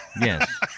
yes